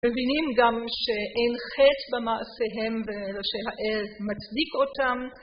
מבינים גם שאין חץ במעשיהם ושהאל מצדיק אותם.